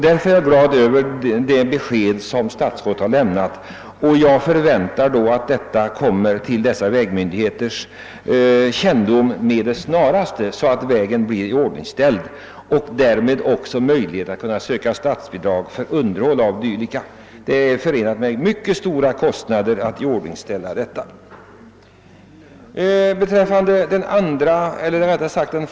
Jag är därför glad över det besked som statsrådet lämnat. Jag förväntar mig att detta med det snaraste skall bringas till ifrågavarande vägmyndigheters kännedom, så att de vägar det gäller blir iordningställda och därigenom möjlighet ges att söka statsbidrag för underhåll av desamma. Det är nämligen förenat med mycket stora kostnader att iordningställa en sådan väg tih statsbidragsberättigad standard.